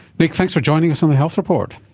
nick, thanks for joining us on the health report.